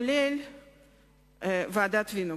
לרבות ועדת-וינוגרד.